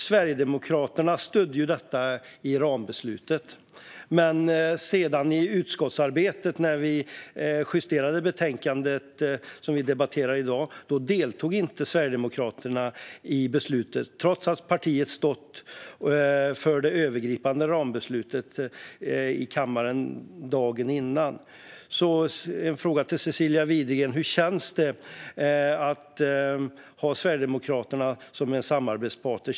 Sverigedemokraterna stödde detta i rambeslutet, men när vi sedan i utskottet justerade betänkandet som vi debatterar i dag deltog inte Sverigedemokraterna i beslutet, trots att partiet stått för det övergripande rambeslutet i kammaren dagen innan. En fråga till Cecilia Widegren är: Hur känns det att ha Sverigedemokraterna som en samarbetspartner?